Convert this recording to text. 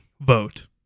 vote